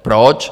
Proč?